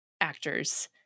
actors